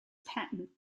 patented